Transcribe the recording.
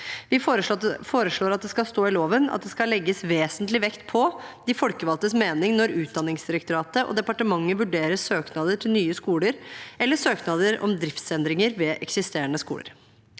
Vi foreslår at det skal stå i loven at det skal legges vesentlig vekt på de folkevalgtes mening når Utdanningsdirektoratet og departementet vurderer søknader fra nye skoler eller søknader om driftsendringer ved eksisterende skoler.